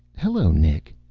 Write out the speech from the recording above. hello, nick,